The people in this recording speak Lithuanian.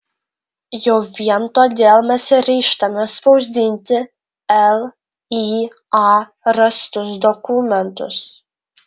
jau vien todėl mes ryžtamės spausdinti lya rastus dokumentus